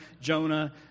Jonah